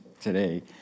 today